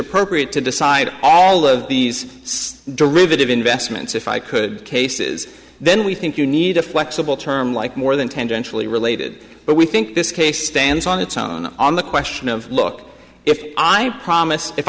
appropriate to decide all of these derivative investments if i could cases then we think you need a flexible term like more than tangentially related but we think this case stands on its own on the question of look if i promise if